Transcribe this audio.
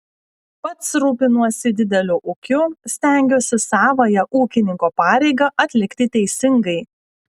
pats rūpinuosi dideliu ūkiu stengiuosi savąją ūkininko pareigą atlikti teisingai